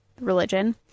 religion